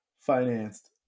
financed